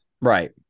right